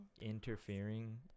interfering